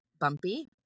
bumpy